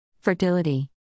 fertility